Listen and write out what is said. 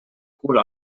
cul